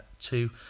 two